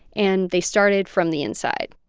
and they started from the inside